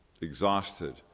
exhausted